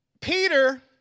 Peter